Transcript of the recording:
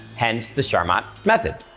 hence the charmat method.